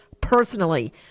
personally